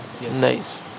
nice